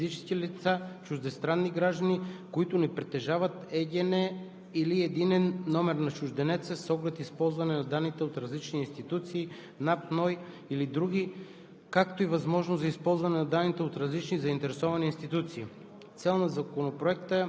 Създава се възможност за запазване на информация за вписани обстоятелства на субекти – физически лица – чуждестранни граждани, които не притежават ЕГН или ЛНЧ, с оглед използване на данните от различни институции – НАП, НОИ или други,